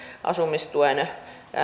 asumistuen